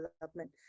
development